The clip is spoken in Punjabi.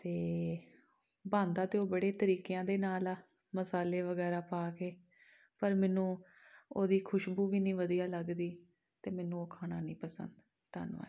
ਅਤੇ ਬਣਦਾ ਤਾਂ ਉਹ ਬੜੇ ਤਰੀਕਿਆਂ ਦੇ ਨਾਲ ਆ ਮਸਾਲੇ ਵਗੈਰਾ ਪਾ ਕੇ ਪਰ ਮੈਨੂੰ ਉਹਦੀ ਖੁਸ਼ਬੂ ਵੀ ਨਹੀਂ ਵਧੀਆ ਲੱਗਦੀ ਅਤੇ ਮੈਨੂੰ ਉਹ ਖਾਣਾ ਨਹੀਂ ਪਸੰਦ ਧੰਨਵਾਦ